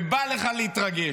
ובא לך להתרגש.